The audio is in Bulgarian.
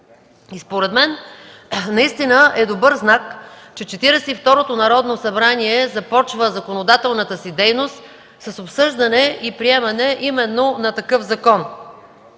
Според мен наистина е добър знак, че Четиридесет и второто Народно събрание започна законодателната си дейност с обсъждане и приемане именно на такъв закон,